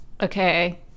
Okay